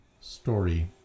story